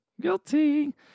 Guilty